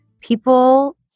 people